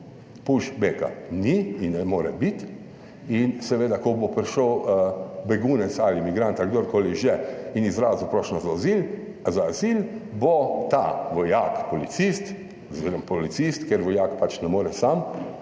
"Pushbacka" ni in ne more biti in seveda, ko bo prišel begunec ali migrant ali kdorkoli že in izrazil prošnjo za azil, za azil, bo ta vojak policist oziroma policist, ker vojak pač ne more sam,